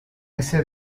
ese